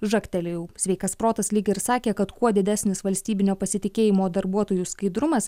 žagtelėjau sveikas protas lyg ir sakė kad kuo didesnis valstybinio pasitikėjimo darbuotojų skaidrumas